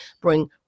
bring